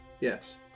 Yes